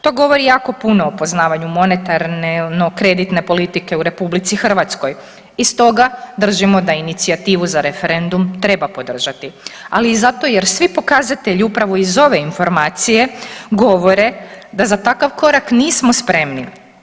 To govori jako puno o poznavanju monetarne, kreditne politike u RH i stoga držimo da inicijativu za referendum treba podržati ali i zato jer svi pokazatelji upravo iz ove informacije govore da za takav korak nismo spremni.